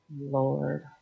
Lord